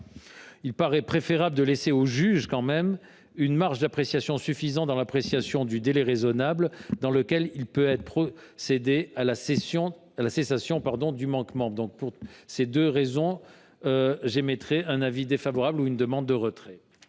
il paraît préférable de laisser aux juges une marge d’appréciation suffisante dans l’appréciation du délai raisonnable dans lequel il peut être procédé à la cessation du manquement. Pour ces deux raisons, je demande le retrait